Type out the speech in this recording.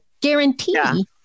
guarantee